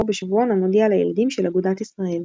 בשבועון "המודיע לילדים" של אגודת ישראל.